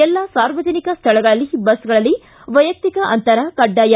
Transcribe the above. ಎಲ್ಲಾ ಸಾರ್ವಜನಿಕ ಸ್ವಳಗಳಲ್ಲಿ ಬಸ್ಗಳಲ್ಲಿ ವೈಯಕ್ತಿಕ ಅಂತರ ಕಡ್ಡಾಯ